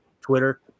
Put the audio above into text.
twitter